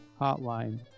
hotline